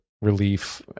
relief